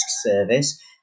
service